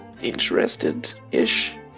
Interested-ish